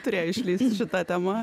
turėjo išlįst šita tema